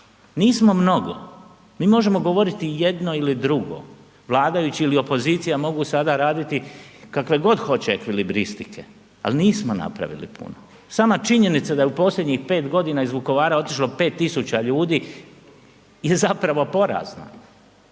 Nismo mnogo, mi možemo govoriti jedno ili drugo, vladajući ili opozicija mogu sada raditi kakve god hoće ekvilibristike, ali nismo napravili puno. Sama činjenica da je u posljednjih 5 godina iz Vukovara otišlo 5 tisuća ljudi je zapravo porazna.